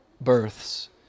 births